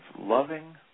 loving